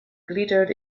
glittered